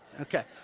Okay